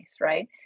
right